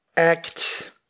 Act